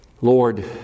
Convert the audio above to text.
Lord